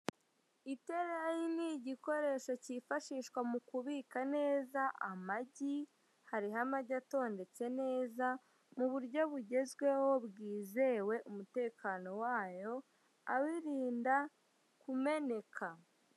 Itereyi ni igoresho kifashishwa mu kubika neza amage, hariho amagi atondetse mu buryo bugezweho bwizewe umutekano wayo abirinda kumeneka.